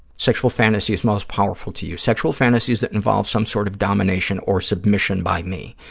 sexual fantasies most powerful to you. sexual fantasies that involve some sort of domination or submission by me.